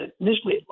Initially